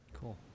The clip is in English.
Cool